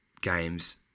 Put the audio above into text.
games